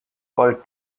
called